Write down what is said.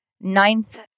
ninth